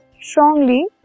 strongly